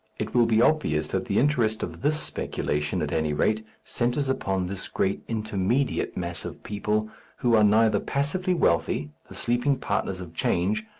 it will be obvious that the interest of this speculation, at any rate, centres upon this great intermediate mass of people who are neither passively wealthy, the sleeping partners of change,